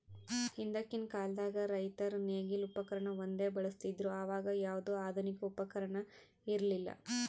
ಹಿಂದಕ್ಕಿನ್ ಕಾಲದಾಗ್ ರೈತರ್ ನೇಗಿಲ್ ಉಪಕರ್ಣ ಒಂದೇ ಬಳಸ್ತಿದ್ರು ಅವಾಗ ಯಾವ್ದು ಆಧುನಿಕ್ ಉಪಕರ್ಣ ಇರ್ಲಿಲ್ಲಾ